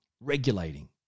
regulating